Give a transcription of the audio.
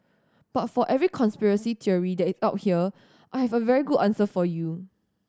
but for every conspiracy theory that it out here I have a very good answer for you